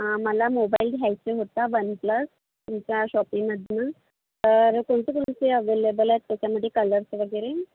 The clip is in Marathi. मला मोबाईल घ्यायचं होता वन प्लस तुमच्या शॉपिंगमधनं तर कोणते कोणते ॲव्हेलेबल आहेत त्याच्यामधे कलर्स वगैरे